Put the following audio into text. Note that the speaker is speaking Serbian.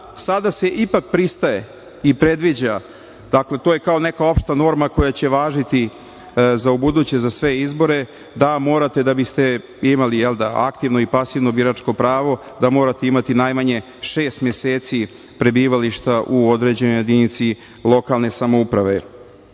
sada se ipak pristaje i predviđa, dakle, to je kao neka opšta norma koja će važiti za ubuduće za sve izbore, da morate da biste imali aktivno i pasivno biračko pravo, da morate imati najmanje šest meseci prebivališta u određenoj jedinici lokalne samouprave.